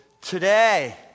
Today